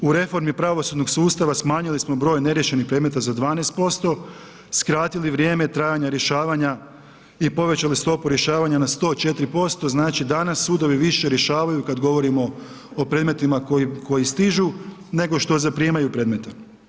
U reformi pravosudnog sustava smanjili smo broj neriješenih predmeta za 12%, skratili vrijeme trajanja rješavanja i povećali stopu rješavanja na 104%, znači danas sudovi više rješavaju kad govorimo o predmetima koji stižu nego što zaprimaju predmete.